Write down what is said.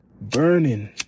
burning